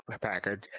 package